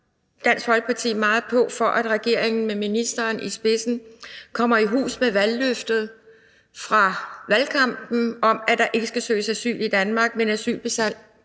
sagt presser meget på for, at regeringen med ministeren i spidsen kommer i hus med løftet fra valgkampen om, at der ikke skal søges asyl i Danmark, men at